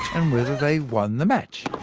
and whether they won the match.